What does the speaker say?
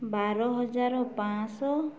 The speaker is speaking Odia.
ବାର ହଜାର ପାଞ୍ଚ ଶହ